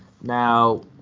Now